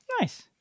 Nice